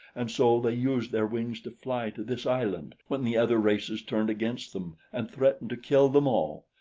and so they used their wings to fly to this island when the other races turned against them and threatened to kill them all.